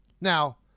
Now